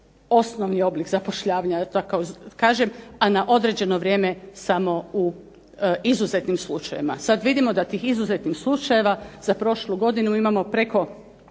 osnovni oblik zapošljavanja da tako kažem, a na određeno vrijeme samo u izuzetnim slučajevima. Sada vidimo da tih izuzetnih slučajeva za prošlu godinu imamo 85%,